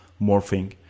morphing